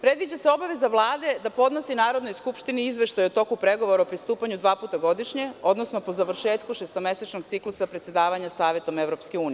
Predviđa se obaveza Vlade da podnosi Narodnoj skupštini izveštaje o toku pregovora o pristupanju dva puta godišnje, odnosno po završetku šestomesečnog ciklusa predsedavanja Savetom EU.